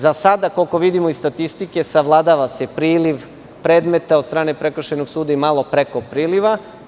Za sada, koliko vidimo iz statistike, savladava se priliv predmeta od strane prekršajnog suda i malo preko priliva.